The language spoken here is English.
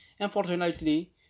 Unfortunately